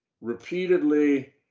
repeatedly